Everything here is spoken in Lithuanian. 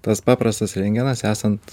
tas paprastas rentgenas esant